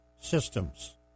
systems